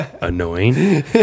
annoying